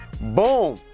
boom